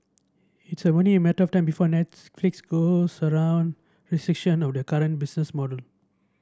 it's only a matter time before Netflix around restriction of the current business model